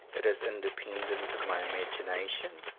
it is independent of my imagination,